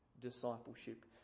discipleship